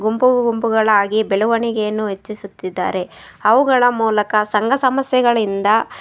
ಗುಂಪು ಗುಂಪುಗಳಾಗಿ ಬೆಳವಣಿಗೆಯನ್ನು ಹೆಚ್ಚಿಸುತ್ತಿದ್ದಾರೆ ಅವುಗಳ ಮೂಲಕ ಸಂಘ ಸಮಸ್ಯೆಗಳಿಂದ